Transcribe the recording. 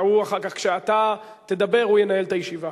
כשאתה תדבר הוא ינהל את הישיבה.